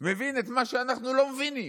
מבין את מה שאנחנו לא מבינים.